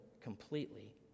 completely